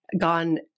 gone